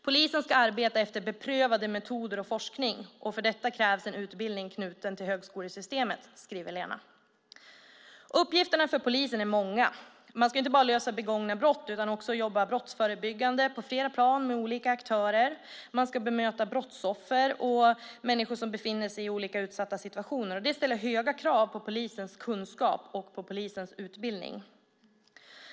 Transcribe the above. "Polisen ska arbeta efter beprövade metoder och forskning och för detta krävs en utbildning knuten till högskolesystemet", skriver Lena. Uppgifterna för polisen är många. Man ska inte bara lösa begångna brott utan också jobba brottsförebyggande på flera plan med olika aktörer. Man ska bemöta brottsoffer och människor som befinner sig i olika utsatta situationer. Detta ställer höga krav på polisens kunskap och på polisens utbildning.